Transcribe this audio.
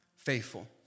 Faithful